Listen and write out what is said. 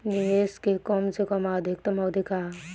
निवेश के कम से कम आ अधिकतम अवधि का है?